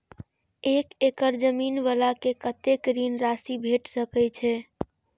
एक एकड़ जमीन वाला के कतेक ऋण राशि भेट सकै छै?